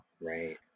Right